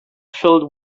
filled